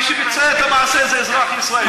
אבל מי שביצע את המעשה זה אזרח ישראלי.